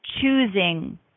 choosing